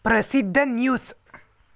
ಪ್ರಸಿದ್ಧ ನ್ಯೂಸ್